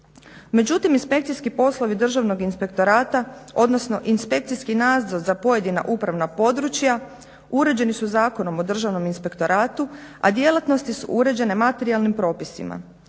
Međutim inspekcijski poslovi Državnog inspektorata odnosno inspekcijski nadzor za pojedina upravna područja uređeni su Zakonom o Državnom inspektoratu, a djelatnosti su uređene materijalnim propisima.